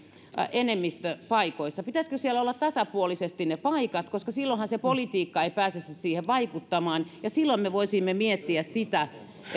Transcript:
enemmistö paikoissa pitäisikö siellä olla tasapuolisesti ne paikat koska silloinhan politiikka ei pääsisi siihen vaikuttamaan ja silloin me voisimme miettiä sitä